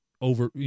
over